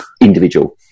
individual